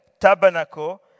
tabernacle